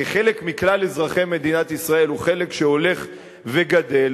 כחלק מכלל אזרחי מדינת ישראל הוא חלק שהולך וגדל,